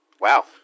Wow